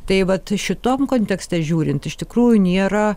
tai vat šitom kontekste žiūrint iš tikrųjų nėra